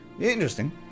Interesting